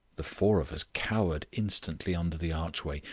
the four of us cowered instantly under the archway,